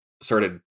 started